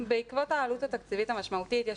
בעקבות העלות התקציבית המשמעותית יש